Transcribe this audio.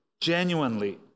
genuinely